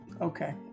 Okay